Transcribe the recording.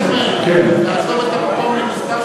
התחייבנו.